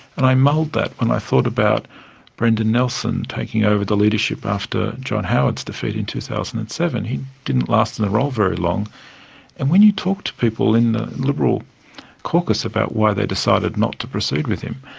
and i mulled that when i thought about brendan nelson taking over the leadership after john howard's defeat in two thousand and seven. he didn't last in the role very long and when you talk to people in the liberal caucus about why they decided not to proceed with him,